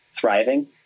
thriving